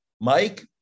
Mike